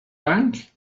bank